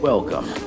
Welcome